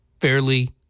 fairly